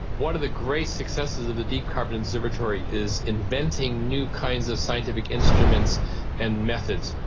one of the great successes of the deep carbon observatory is inventing new kinds of scientific instruments and methods.